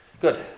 Good